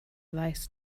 weiß